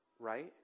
right